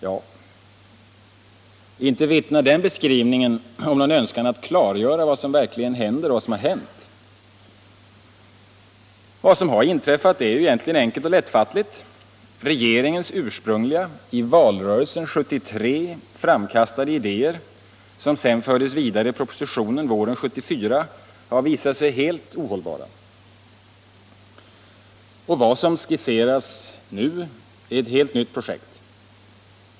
Ja, inte vittnar denna beskrivning om någon önskan att klargöra vad som verkligen händer och vad som har hänt: Vad som har inträffat är enkelt och lättfattligt: regeringens ursprungliga, i valrörelsen 1973 framkastade ideér som sedan fördes vidare i proposition våren 1974 har visat sig helt ohållbara: Vad som nu skisseras är ett helt nytt projekt.